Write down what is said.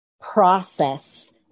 process